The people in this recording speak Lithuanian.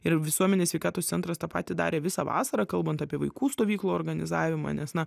ir visuomenės sveikatos centras tą patį darė visą vasarą kalbant apie vaikų stovyklų organizavimą nes na